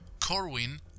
Corwin